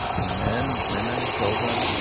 men, women, children,